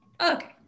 Okay